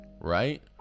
right